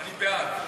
אני בעד.